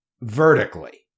vertically